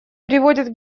приводит